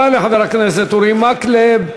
תודה לחבר הכנסת אורי מקלב.